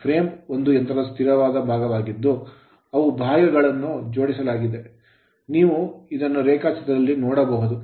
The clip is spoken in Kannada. Frame ಫ್ರೇಮ್ ಒಂದು ಯಂತ್ರದ ಸ್ಥಿರ ಭಾಗವಾಗಿದ್ದು ಅವು ಬಾಹ್ಯಗಳನ್ನು ಜೂಡಿಸಲಾಗಿದೆ ನೀವು ಇದನ್ನು ರೇಖಾಚಿತ್ರದಲ್ಲಿ ನೋಡಬಹುದು